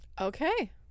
Okay